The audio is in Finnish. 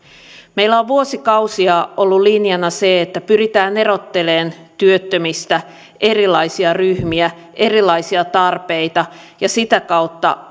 meillä on vuosikausia ollut linjana se että pyritään erottelemaan työttömistä erilaisia ryhmiä erilaisia tarpeita ja sitä kautta